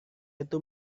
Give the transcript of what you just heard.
itu